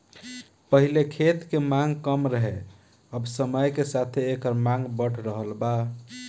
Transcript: पहिले खेत के मांग कम रहे अब समय के साथे एकर मांग बढ़ रहल बा